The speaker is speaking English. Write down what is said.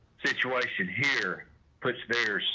situation here puts barriers